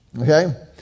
Okay